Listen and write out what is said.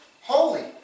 holy